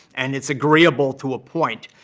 and it's agreeable to a point.